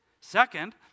Second